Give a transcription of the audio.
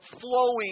flowing